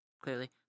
clearly